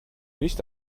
nicht